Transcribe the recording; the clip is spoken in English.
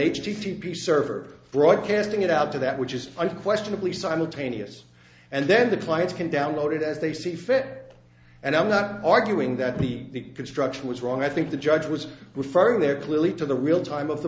p server broadcasting it out to that which is unquestionably simultaneous and then the clients can download it as they see fit and i'm not arguing that the construction was wrong i think the judge was referring there clearly to the real time of the